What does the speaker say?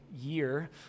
year